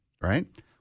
right